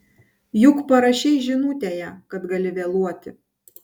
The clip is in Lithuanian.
juk parašei žinutėje kad gali vėluoti